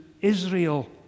Israel